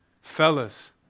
Fellas